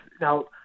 now